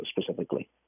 specifically